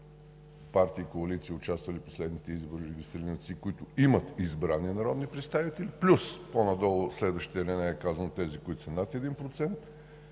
„партии и коалиции, участвали в последните избори, които имат избрани народни представители“, плюс по-надолу в следващата алинея е казано: „тези, които са над 1%